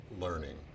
learning